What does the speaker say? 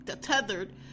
tethered